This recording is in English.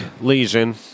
lesion